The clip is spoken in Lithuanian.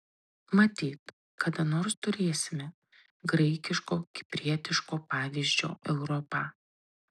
matyt kada nors turėsime graikiško kiprietiško pavyzdžio europą